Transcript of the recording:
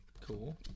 Cool